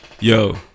Yo